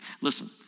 Listen